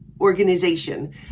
organization